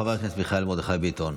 חבר הכנסת מיכאל מרדכי ביטון,